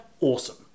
awesome